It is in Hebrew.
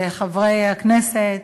חברי הכנסת,